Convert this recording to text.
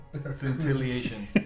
Scintillation